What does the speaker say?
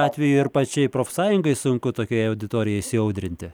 atveju ir pačiai profsąjungai sunku tokioj auditorijoj įsiaudrinti